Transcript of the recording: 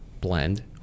Blend